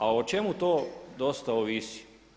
A o čemu to dosta ovisi?